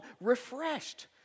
refreshed